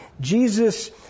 Jesus